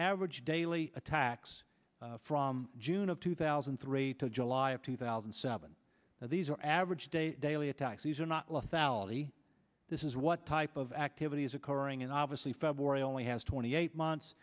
average daily attacks from june of two thousand and three to july of two thousand and seven and these are averaged a daily attacks these are not less fowley this is what type of activity is occurring and obviously february only has twenty eight months